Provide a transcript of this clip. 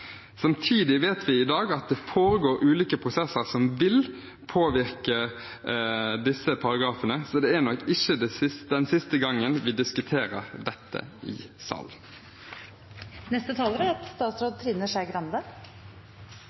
Samtidig vet vi i dag at det foregår ulike prosesser som vil påvirke disse paragrafene, så det er nok ikke den siste gangen vi diskuterer dette i salen. For det første vil jeg uttrykke glede over at det er